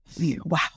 wow